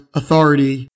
authority